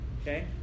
Okay